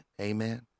amen